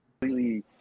completely